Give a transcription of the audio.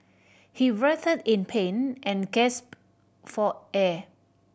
he writhed in pain and gasped for air